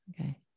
Okay